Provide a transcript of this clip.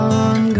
on